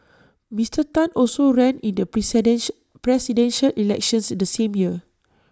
Mister Tan also ran in the Presidential Elections the same year